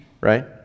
right